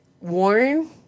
Warren